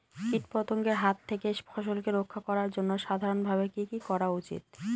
কীটপতঙ্গের হাত থেকে ফসলকে রক্ষা করার জন্য সাধারণভাবে কি কি করা উচিৎ?